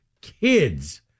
kids